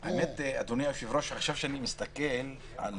האמת, אדוני היושב-ראש, עכשיו כשאני מסתכל על